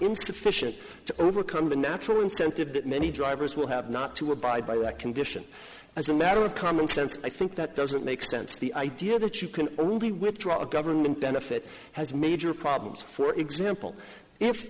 insufficient to overcome the natural incentive that many drivers will have not to abide by that condition as a matter of common sense i think that doesn't make sense the idea that you can only withdraw a government benefit has major as for example if